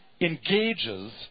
engages